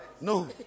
no